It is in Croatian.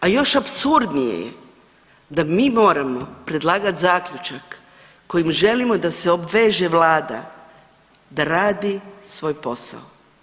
A još apsurdnije je da mi moramo predlagat zaključak kojim želimo da se obveže vlade da radi svoj posao.